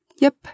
Yep